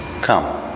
Come